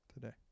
today